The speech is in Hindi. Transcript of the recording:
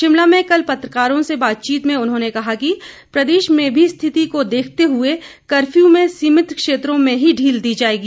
शिमला में कल पत्रकारों से बातचीत में उन्होंने कहा कि प्रदेश में भी स्थिति को देखते हुए कर्फ्यू में सीमित क्षेत्रों में ही ढील दी जाएगी